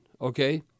okay